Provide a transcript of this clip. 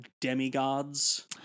Demigods